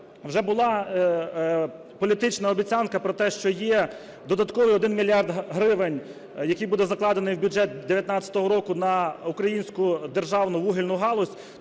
вже була політична обіцянка про те, що є додаткові один мільярд гривень, який буде закладено в бюджет 2019 року на українську державну вугільну галузь.